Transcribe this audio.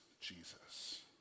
Jesus